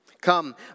Come